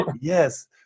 yes